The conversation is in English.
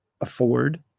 afford